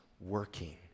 working